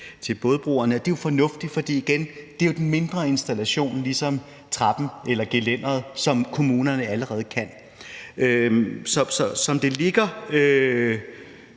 ved bådebroer, og det er fornuftigt, for igen: Det er jo den mindre installation ligesom trappen eller gelænderet, som kommunerne allerede kan give